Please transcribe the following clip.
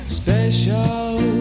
special